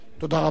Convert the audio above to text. גברתי.